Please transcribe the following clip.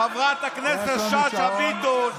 חברת הכנסת שאשא ביטון,